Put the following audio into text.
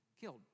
killed